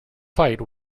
fight